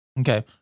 Okay